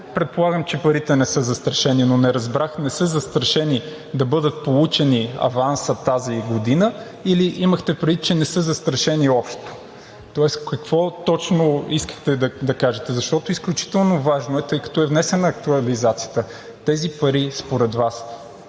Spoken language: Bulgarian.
предполагам, че парите не са застрашени, но не разбрах: не са застрашени да бъде получен авансът тази година, или имахте предвид, че не са застрашени общо? Тоест какво точно искахте да кажете? Защото е изключително важно, тъй като е внесена актуализацията. Тези пари според Вас